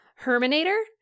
Herminator